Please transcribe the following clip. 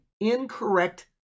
incorrect